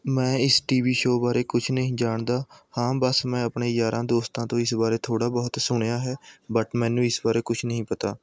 ਮੈਂ ਇਸ T V show ਬਾਰੇ ਕੁਛ ਨਹੀਂ ਜਾਣਦਾ ਹਾਂ ਬਸ ਮੈਂ ਆਪਣੇ ਯਾਰਾਂ ਦੋਸਤਾਂ ਤੋਂ ਇਸ ਬਾਰੇ ਥੋੜ੍ਹਾ ਬਹੁਤ ਸੁਣਿਆ ਹੈ ਬਟ ਮੈਨੂੰ ਇਸ ਬਾਰੇ ਕੁਛ ਨਹੀਂ ਪਤਾ